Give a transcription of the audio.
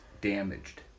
damaged